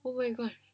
oh my